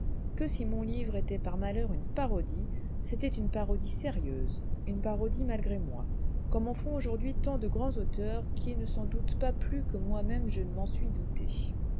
que si mon livre était par malheur une parodie c'était une parodie sérieuse une parodie malgré moi comme en font aujourd'hui tant de grands auteurs qui ne s'en doutent pas plus que moi-même je ne m'en suis douté